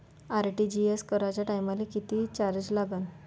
RTGS कराच्या टायमाले किती चार्ज लागन?